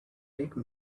take